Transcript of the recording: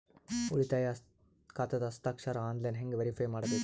ಉಳಿತಾಯ ಖಾತಾದ ಹಸ್ತಾಕ್ಷರ ಆನ್ಲೈನ್ ಹೆಂಗ್ ವೇರಿಫೈ ಮಾಡಬೇಕು?